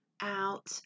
out